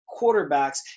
quarterbacks